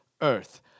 earth